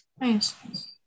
Nice